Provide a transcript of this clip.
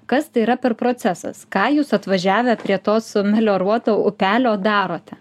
kas tai yra per procesas ką jūs atvažiavę prie to sumelioruoto upelio darote